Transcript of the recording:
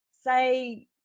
say